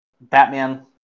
Batman